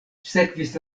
sekvis